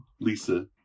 Lisa